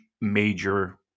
major